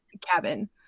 cabin